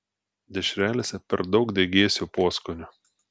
dešrelėse per daug degėsio poskonio